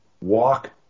walk